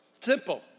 Simple